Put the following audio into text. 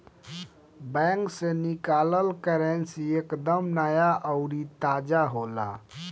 bank से निकालल currency एक दम नया अउरी ताजा होला